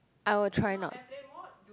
I will try not